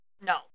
No